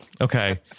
Okay